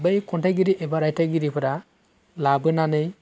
बै खन्थाइगिरि एबा रायथाइगिरिफोरा लाबोनानै